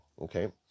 okay